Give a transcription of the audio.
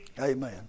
Amen